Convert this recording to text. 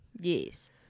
Yes